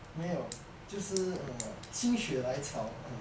没有就是 uh 心血来潮 mm